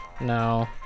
No